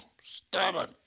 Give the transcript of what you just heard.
stubborn